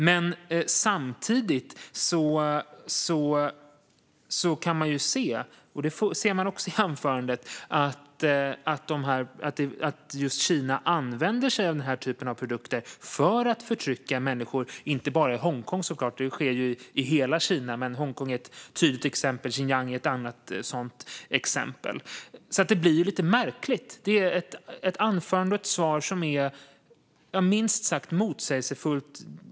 Men samtidigt kan man se - det hör man också i anförandet - att just Kina använder sig av den här typen av produkter för att förtrycka människor. Det sker såklart inte bara i Hongkong utan i hela Kina. Hongkong är ett tydligt exempel, Xinjiang ett annat. Detta blir alltså lite märkligt. Det är ett anförande och ett interpellationssvar som minst sagt är motsägelsefullt.